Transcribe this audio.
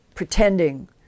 pretending